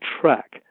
track